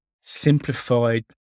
simplified